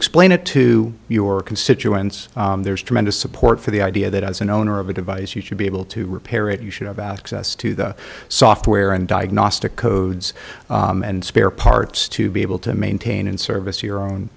explain it to your constituents there's tremendous support for the idea that as an owner of a device you should be able to repair it you should have access to the software and diagnostic codes and spare parts to be able to maintain and service your own